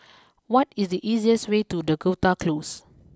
what is the easiest way to Dakota close